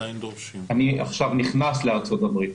אני נכנס לארצות הברית.